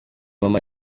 mama